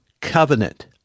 Covenant